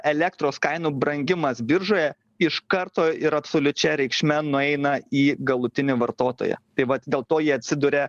elektros kainų brangimas biržoje iš karto ir absoliučia reikšme nueina į galutinį vartotoją tai vat dėl to jie atsiduria